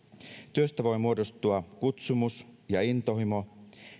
työstä voi muodostua kutsumus ja intohimo